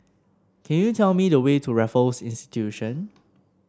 can you tell me the way to Raffles